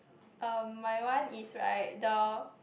um my one is right the